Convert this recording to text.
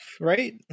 Right